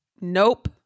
Nope